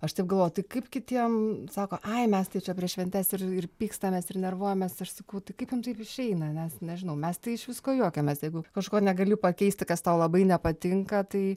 aš taip galvoju tai kaip kitiem sako ai mes tai čia prieš šventes ir ir pykstamės ir nervuojamės ir sakau tai kaip jum taip išeina nes nežinau mes tai iš visko juokiamės jeigu kažko negali pakeisti kas tau labai nepatinka tai